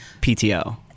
PTO